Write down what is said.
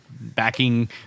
backing